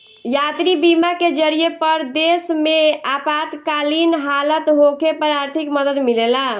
यात्री बीमा के जरिए परदेश में आपातकालीन हालत होखे पर आर्थिक मदद मिलेला